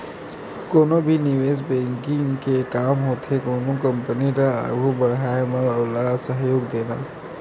कोनो भी निवेस बेंकिग के काम होथे कोनो कंपनी ल आघू बड़हाय म ओला सहयोग देना